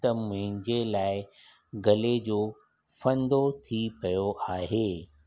त मुंहिंजे लाइ गले जो फ़ंदो थी पियो आहे